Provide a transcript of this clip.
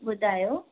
ॿुधायो